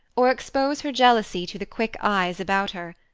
or expose her jealousy to the quick eyes about her.